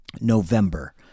November